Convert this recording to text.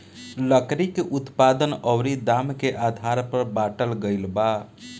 लकड़ी के उत्पादन अउरी दाम के आधार पर बाटल गईल बा